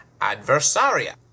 adversaria